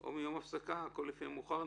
או מיום ההפסקה, הכול לפי המאוחר.